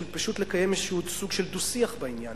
פשוט בשביל לקיים איזשהו סוג של דו-שיח בעניין.